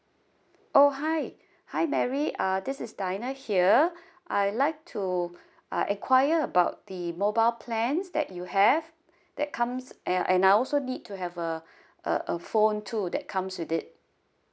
oh hi hi mary uh this is diana here I'd like to ah enquire about the mobile plans that you have that comes and and I also need to have uh a a phone too that comes with it